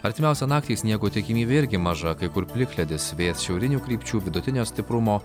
artimiausią naktį sniego tikimybė irgi maža kai kur plikledis vėjas šiaurinių krypčių vidutinio stiprumo